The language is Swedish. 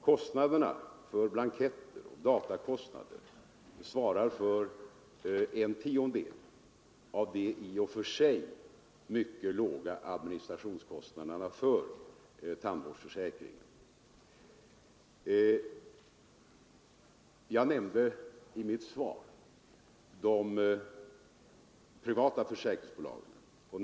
Kostnaderna för blanketter och datakostnaderna svarar för en tiondel av de i och för sig mycket låga administrationskostnaderna för tandvårdsförsäkringen. Jag nämnde i mitt svar de privata försäkringsbolagen.